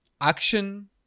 action